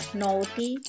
naughty